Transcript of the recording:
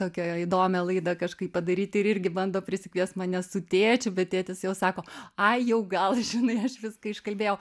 tokią įdomią laidą kažkaip padaryti ir irgi bando prisikviest mane su tėčiu bet tėtis jau sako ai jau gal žinai aš viską iškalbėjau